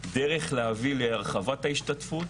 דרך להביא להרחבת ההשתתפות